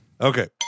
okay